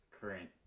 current